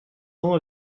ans